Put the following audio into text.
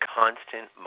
constant